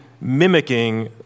mimicking